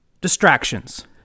Distractions